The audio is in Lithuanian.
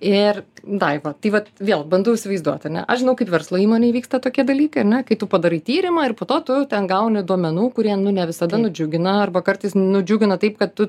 ir daiva tai va vėl bandau įsivaizduot ane aš žinau kaip verslo įmonėj vyksta tokie dalykai ar ne kai tu padarai tyrimą ir po to tu ten gauni duomenų kurie ne visada nudžiugina arba kartais nudžiugina taip kad tu